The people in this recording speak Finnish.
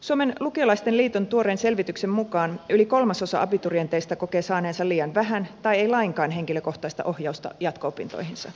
suomen lukiolaisten liiton tuoreen selvityksen mukaan yli kolmasosa abiturienteista kokee saaneensa liian vähän tai ei lainkaan henkilökohtaista ohjausta jatko opintoihinsa